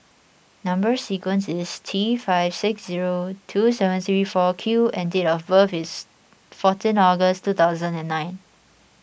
Number Sequence is T five six zero two seven three four Q and date of birth is fourteen August two thousand and nine